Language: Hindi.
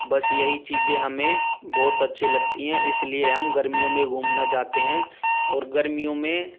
बस यही चीज़ें हमें बहुत अच्छी लगती है इसलिए हम गर्मियों में घूमने जाते हैं और गर्मियों में